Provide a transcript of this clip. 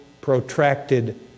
protracted